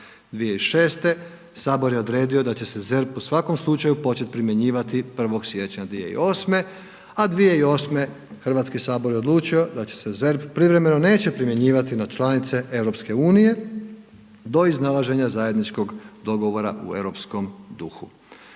2006. sabor je odredio da će se ZERP u svakom slučaju početi primjenjivati 1. siječnja 2008., a 2008. Hrvatski sabor je odlučio da će se ZERP privremeno neće primjenjivati na članice EU do iznalaženja zajedničkog dogovora u europskom duhu.